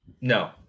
No